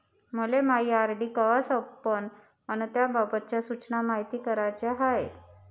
मले मायी आर.डी कवा संपन अन त्याबाबतच्या सूचना मायती कराच्या हाय